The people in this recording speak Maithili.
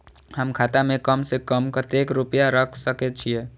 हम खाता में कम से कम कतेक रुपया रख सके छिए?